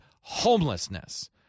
homelessness